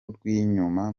rw’inyuma